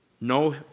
No